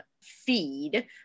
feed